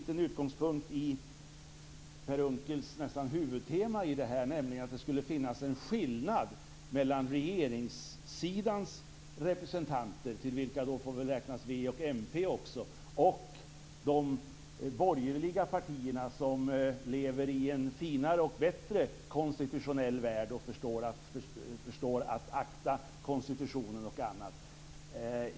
Per Unckels huvudtema var att det skulle finnas en skillnad mellan regeringssidans representanter - till vilka väl får räknas också Vänsterpartiet och Miljöpartiet - och de borgerliga partierna som lever i en finare och bättre konstitutionell värld där man förstår att akta konstitutionen och annat.